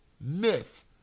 myth